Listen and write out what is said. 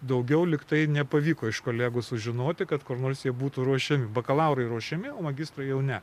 daugiau lygtai nepavyko iš kolegų sužinoti kad kur nors būtų ruošiami bakalaurai ruošiami o magistrai jau ne